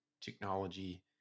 technology